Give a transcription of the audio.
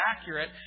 accurate